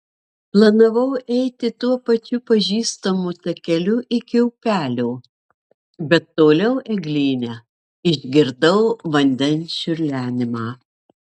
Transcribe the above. planavau eiti tuo pačiu pažįstamu takeliu iki upelio bet toliau eglyne išgirdau vandens čiurlenimą